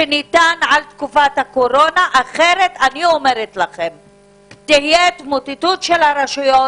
שניתן על תקופת הקורונה; אחרת תהיה התמוטטות של הרשויות.